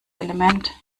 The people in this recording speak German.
element